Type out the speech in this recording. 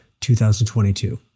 2022